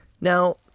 Now